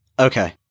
Okay